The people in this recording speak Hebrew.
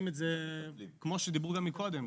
כמו שדיברו גם מקודם,